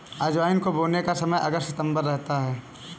अजवाइन को बोने का समय अगस्त सितंबर रहता है